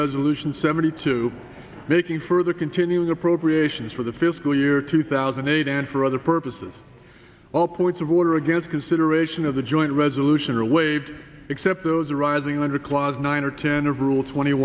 resolution seventy two making further continuing appropriations for the fiscal year two thousand and eight and for other purposes all points of order against consideration of the joint resolution are waived except those arising under clause nine or ten of rule twenty